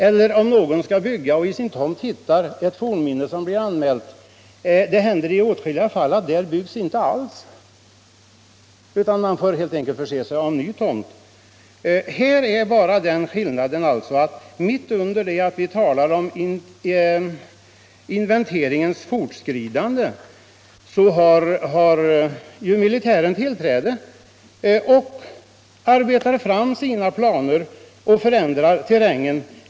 Eller om någon skall bygga och på sin tomt hittar ett fornminne och anmäler detta, så har det hänt i åtskilliga fall att något bygge inte alls kommer till stånd, utan ägaren får helt enkelt se sig om efter en ny tomt. Här finns alltså en skillnad. Medan vi talar om hur inventeringen skall fortskrida, har militären fått arbeta fram sina planer och förändra terrängen.